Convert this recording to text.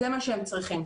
זה מה שהם צריכים.